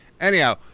Anyhow